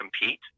compete